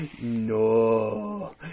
No